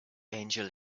angel